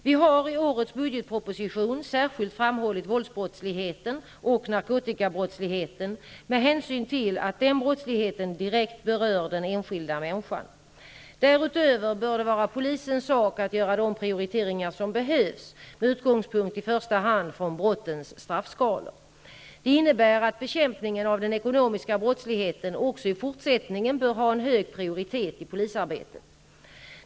Vi har i årets budgetproposition särskilt framhållit våldsbrottsligheten och narkotikabrottsligheten med hänsyn till att den brottsligheten direkt berör den enskilda människan. Därutöver bör det vara polisens sak att göra de prioriteringar som behövs, med utgångspunkt i första hand från brottens straffskalor. Det innebär att bekämpningen av den ekonomiska brottsligheten också i fortsättningen bör ha en hög prioritet i polisarbetet.